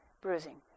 bruising